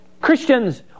Christians